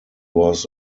was